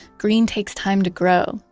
green takes time to grow,